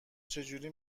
چجوری